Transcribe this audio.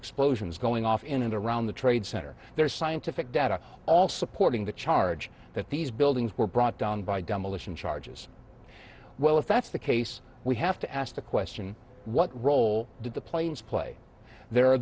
explosions going off in and around the trade center there is scientific data all supporting the charge that these buildings were brought down by demolition charges well if that's the case we have to ask the question what role did the planes play there are